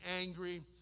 angry